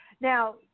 Now